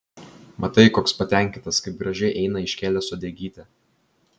matai koks patenkintas kaip gražiai eina iškėlęs uodegytę